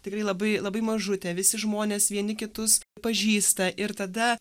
tikrai labai labai mažutė visi žmonės vieni kitus pažįsta ir tada